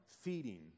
feeding